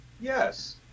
Yes